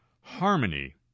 Harmony